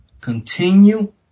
continue